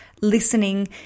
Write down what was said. listening